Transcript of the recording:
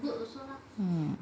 mm